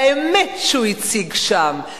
לאמת שהוא הציג שם,